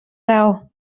raó